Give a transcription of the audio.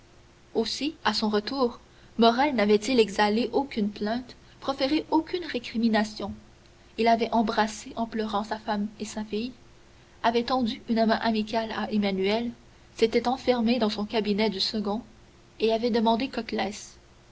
aussi à son retour morrel n'avait-il exhalé aucune plainte proféré aucune récrimination il avait embrassé en pleurant sa femme et sa fille avait tendu une main amicale à emmanuel s'était enfermé dans son cabinet du second et avait demandé coclès